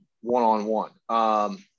one-on-one